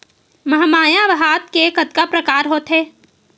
महमाया भात के कतका प्रकार होथे?